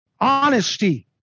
Honesty